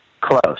close